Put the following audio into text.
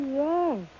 yes